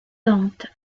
dante